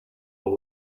and